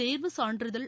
தேர்வு சான்றிதழ்